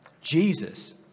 Jesus